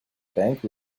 bank